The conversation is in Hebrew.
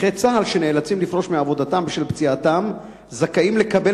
נכי צה"ל שנאלצים לפרוש מעבודתם בשל פציעתם זכאים לקבל